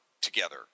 together